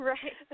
Right